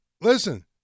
listen